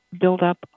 buildup